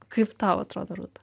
kaip tau atrodo rūta